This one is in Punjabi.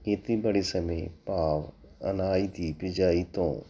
ਖੇਤੀਬਾੜੀ ਸਮੇਂ ਭਾਵ ਅਨਾਜ ਦੀ ਬਿਜਾਈ ਤੋਂ